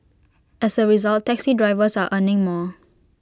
as A result taxi drivers are earning more